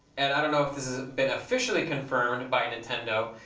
and i don't know if this has been officially confirmed by nintendo,